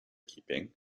keeping